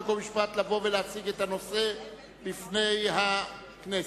חוק ומשפט לבוא ולהציג את הנושא בפני הכנסת.